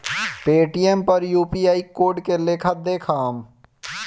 Paytm पर UPI code के लेखा देखम?